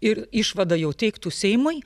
ir išvadą jau teiktų seimui